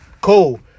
Cool